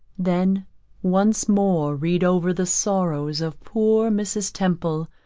then once more read over the sorrows of poor mrs. temple,